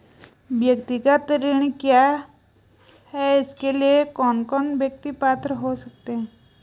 व्यक्तिगत ऋण क्या है इसके लिए कौन कौन व्यक्ति पात्र हो सकते हैं?